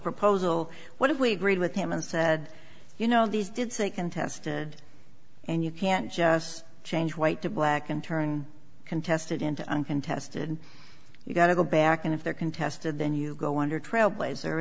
proposal what if we agreed with him and said you know these did say contested and you can't just change white to black and turn contested into uncontested you got to go back and if there contested then you go under trailblazer